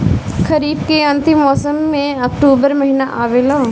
खरीफ़ के अंतिम मौसम में अक्टूबर महीना आवेला?